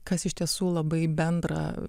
kas iš tiesų labai bendra